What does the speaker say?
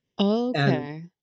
Okay